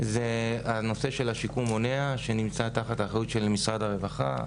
נושא השיקום המונע שנמצא תחת אחריות של משרד הרווחה,